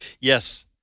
Yes